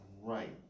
Right